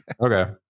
okay